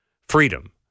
Freedom